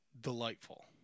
delightful